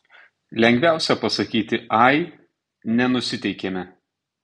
lengviausia pasakyti ai nenusiteikėme